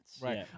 Right